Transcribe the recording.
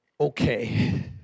Okay